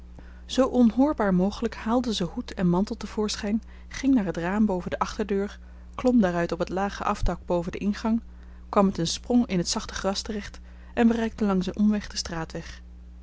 zoo onhoorbaar mogelijk haalde ze hoed en mantel te voorschijn ging naar het raam boven de achterdeur klom daaruit op het lage afdak boven den ingang kwam met een sprong in het zachte gras terecht en bereikte langs een omweg den straatweg